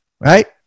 right